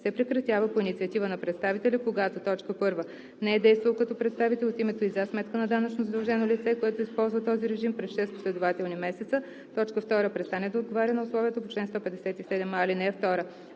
се прекратява по инициатива на представителя, когато: 1. не е действал като представител от името и за сметка на данъчно задължено лице, което използва този режим, през 6 последователни месеца; 2. престане да отговаря на условията по чл. 157а, ал. 2. (3)